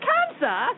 Cancer